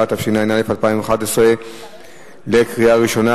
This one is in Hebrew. היערות (מס' 5) התקבלה בקריאה ראשונה